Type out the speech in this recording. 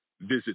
Visit